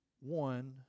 one